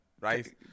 Right